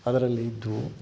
ಅದರಲ್ಲಿ ಇದ್ದವು